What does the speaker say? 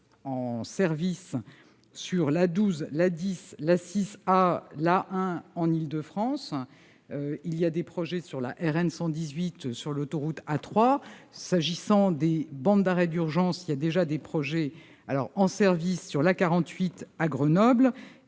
en service sur l'A 12, l'A 10, l'A 6a, l'A 1 en Île-de-France. Il y a des projets sur la RN 118 et sur l'autoroute A 3. S'agissant des bandes d'arrêt d'urgence, il y a déjà des projets en service sur l'A 48 à Grenoble,